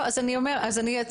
אני קיבלתי תלונות על הנושא.